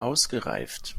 ausgereift